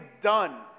done